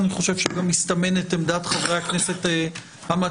אני חושב שגם מסתמנת עמדת חברי הכנסת המציעים,